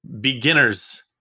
beginner's